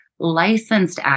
licensed